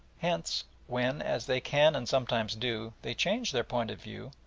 hence when, as they can and sometimes do, they change their point of view,